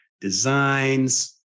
designs